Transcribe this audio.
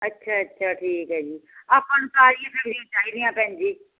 ਅੱਛਾ ਅੱਛਾ ਠੀਕ ਹੈ ਜੀ ਆਪਾਂ ਨੂੰ ਸਾਰੀ ਚਾਹੀਦੀਆਂ ਭੈਣ ਜੀ